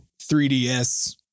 3DS